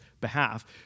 behalf